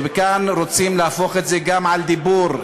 וכאן רוצים להפוך את זה גם על דיבור.